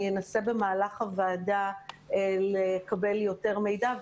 אני אנסה במהלך הישיבה לקבל יותר מידע,